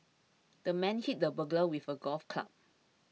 the man hit the burglar with a golf club